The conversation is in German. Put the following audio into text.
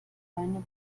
beine